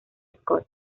scott